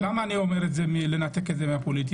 למה אני אומר את זה, לנתק את זה מהפוליטיקה?